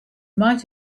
might